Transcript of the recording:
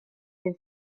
his